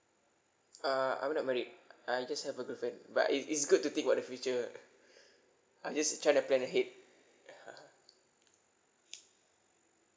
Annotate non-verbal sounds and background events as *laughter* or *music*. uh I'm not married I just have a girlfriend but it it's good to think about the future ah *laughs* I'm just trying to plan ahead *laughs*